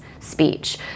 speech